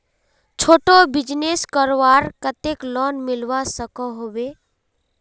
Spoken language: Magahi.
छोटो बिजनेस करवार केते लोन मिलवा सकोहो होबे?